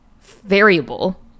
variable